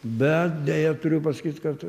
bet deja turiu pasakyt kad